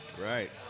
Right